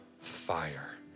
fire